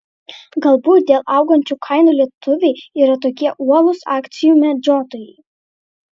galbūt dėl augančių kainų lietuviai yra tokie uolūs akcijų medžiotojai